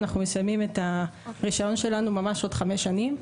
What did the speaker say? אנחנו מסיימים את הרישיון שלנו ממש עוד חמש שנים.